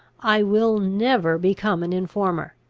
i will never become an informer.